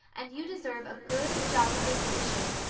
and you deserve a good, jolly vacation.